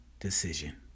decision